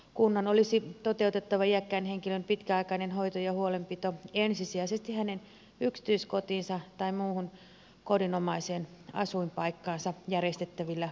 kunnan olisi toteutettava iäkkään henkilön pitkäaikainen hoito ja huolenpito ensisijaisesti hänen yksityiskotiinsa tai muuhun kodinomaiseen asuinpaikkaansa järjestettävillä sosiaali ja terveyspalveluilla